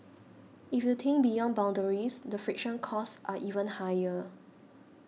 if you think beyond boundaries the friction costs are even higher